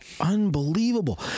Unbelievable